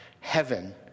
heaven